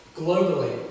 globally